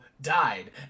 died